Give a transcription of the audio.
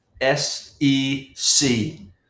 S-E-C